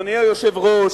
אדוני היושב-ראש,